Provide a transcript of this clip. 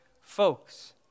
folks